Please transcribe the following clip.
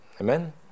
Amen